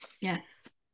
Yes